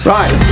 Right